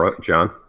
John